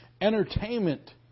entertainment